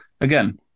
again